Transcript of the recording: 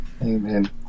Amen